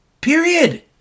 period